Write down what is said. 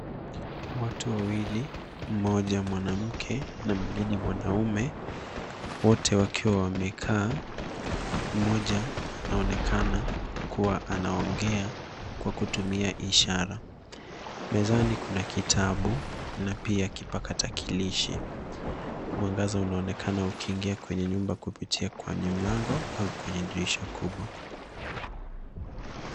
Watu wawili, mmoja mwanamke na mwingine mwanaume, wote wakiwa wamekaa, mmoja anaonekana kuwa anaongea kwa kutumia ishara. Mezani kuna kitabu na pia kipatakilishi. Mwangaza unaonekana ukiingia kwenye nyumba kupitia kwenye mlango au kwenye dirisha kubwa.